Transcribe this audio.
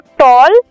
tall